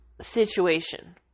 situation